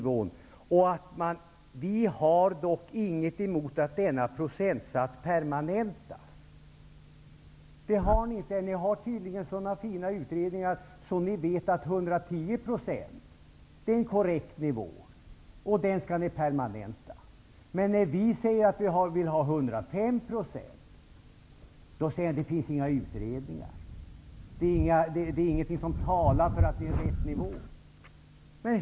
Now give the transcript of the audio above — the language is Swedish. Men man har dock inget emot att denna procentsats permanentas. Ni har tydligen sådana fina utredningar att ni vet att 110 % är en korrekt nivå, och den skall ni permanenta. Men när vi säger att vi vill ha 105 %, då säger ni att det inte finns några utredningar. Det är ingenting som talar för att det är rätt nivå.